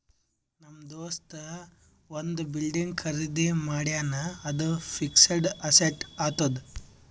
ನಮ್ ದೋಸ್ತ ಒಂದ್ ಬಿಲ್ಡಿಂಗ್ ಖರ್ದಿ ಮಾಡ್ಯಾನ್ ಅದು ಫಿಕ್ಸಡ್ ಅಸೆಟ್ ಆತ್ತುದ್